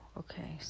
okay